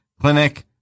Clinic